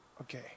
Okay